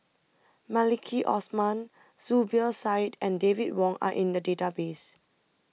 Maliki Osman Zubir Said and David Wong Are in The Database